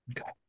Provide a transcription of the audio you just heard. Okay